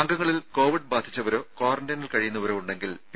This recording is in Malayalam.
അംഗങ്ങളിൽ കോവിഡ് ബാധിച്ചവരോ ക്വാറന്റൈനിൽ കഴിയുന്നവരോ ഉണ്ടെങ്കിൽ പി